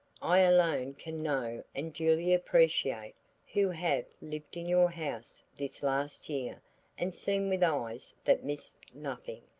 i alone can know and duly appreciate who have lived in your house this last year and seen with eyes that missed nothing,